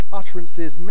utterances